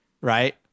right